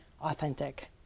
authentic